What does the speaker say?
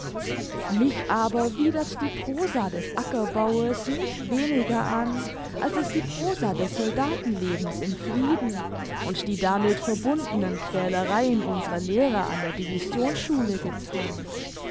mich aber widert die prosa des ackerbaues nicht weniger an als es die prosa des soldatenlebens im frieden und die damit verbundenen quälereien unserer lehrer an der divisionsschule gethan